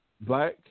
Black